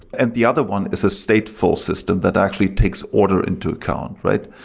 and the other one is a stateful system that actually takes order into account, right?